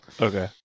Okay